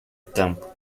campo